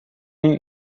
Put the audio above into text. you